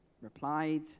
replied